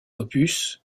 opus